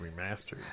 Remastered